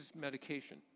medication